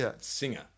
singer